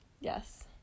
Yes